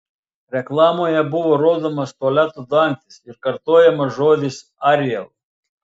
reklamoje buvo rodomas tualeto dangtis ir kartojamas žodis ariel